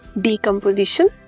decomposition